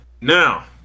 Now